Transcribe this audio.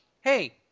hey